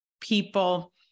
people